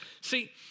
See